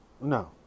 No